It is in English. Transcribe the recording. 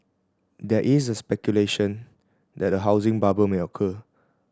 there is a speculation that a housing bubble may occur